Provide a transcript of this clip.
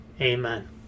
amen